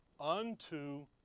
Unto